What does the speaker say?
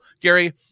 gary